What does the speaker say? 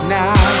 now